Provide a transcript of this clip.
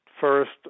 First